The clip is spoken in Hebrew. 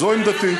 זו עמדתי.